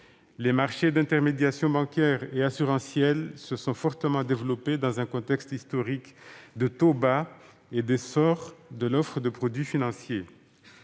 Les marchés d'intermédiation bancaire et assurantielle se sont fortement développés dans un contexte historique de taux bas et d'essor de l'offre de produits financiers.